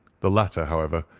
the latter, however,